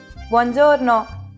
Buongiorno